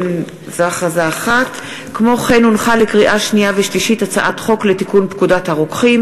הצעת חוק לתיקון פקודת הרוקחים